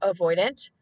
avoidant